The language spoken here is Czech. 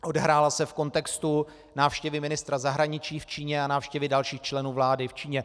Odehrála se v kontextu návštěvy ministra zahraničí v Číně a návštěvy dalších členů vlády v Číně.